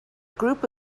group